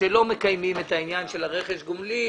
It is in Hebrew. שלא מקיימים את העניין של רכש הגומלין